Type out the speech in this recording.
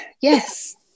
yes